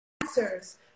answers